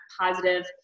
positive